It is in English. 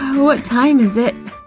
what time is it?